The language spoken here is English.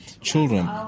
children